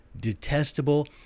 detestable